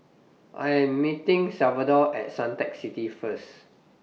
I Am meeting Salvador At Suntec City First